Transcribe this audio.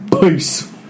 peace